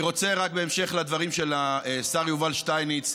אני רוצה רק, בהמשך לדברים של השר יובל שטייניץ,